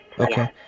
Okay